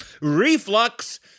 reflux